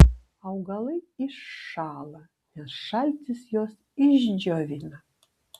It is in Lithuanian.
augalai iššąla nes šaltis juos išdžiovina